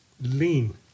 lean